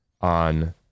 on